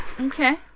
Okay